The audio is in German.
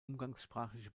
umgangssprachliche